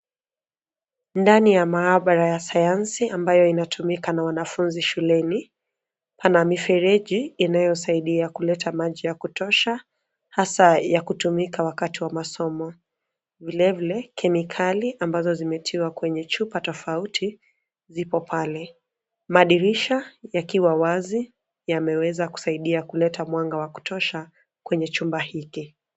Ndani ya maabara ya sayansi ambayo inatumika na wanafunzi shuleni, pana mifereji, inayosaidia kuleta maji ya kutosha, hasaa ya kutumika wakati wa masomo, vilevile, kemikali ambazo zimetiwa kwenye chupa tofauti, zipo pale, madirisha, yakiwa wazi, yameweza kusaidia kuleta mwanga wa kutosha kwenye chumba hiki.